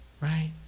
right